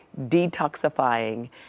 detoxifying